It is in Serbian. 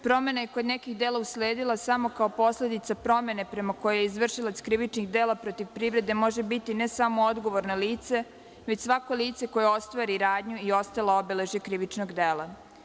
Promena je kod nekih dela usledila samo kao posledica promene prema kojoj je izvršilac krivičnih dela protiv privrede može biti ne samo odgovorno lice, već svako lice koje ostvari radnju i ostalo obeležje krivičnog dela.